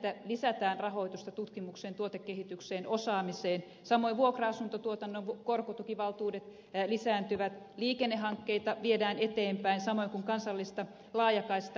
jossa lisätään rahoitusta tutkimukseen tuotekehitykseen osaamiseen siihen että vuokra asuntotuotannon korkotukivaltuudet lisääntyvät liikennehankkeita viedään eteenpäin samoin kuin kansallista laajakaistahanketta